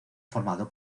formado